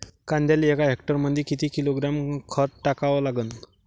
कांद्याले एका हेक्टरमंदी किती किलोग्रॅम खत टाकावं लागन?